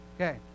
Okay